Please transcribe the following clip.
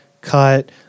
cut